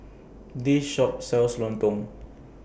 This Shop sells Lontong